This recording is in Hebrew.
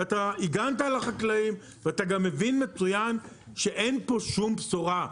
אתה הגנת על החקלאים ואתה מבין מצוין שאין פה שום בשורה.